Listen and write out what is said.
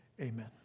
Amen